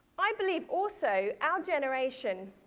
i believe also, our generation,